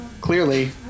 clearly